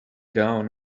down